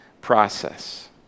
process